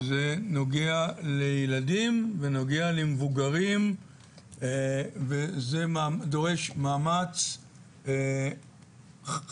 זה נוגע לילדים ונוגע למבוגרים וזה דורש מאמץ חשוב,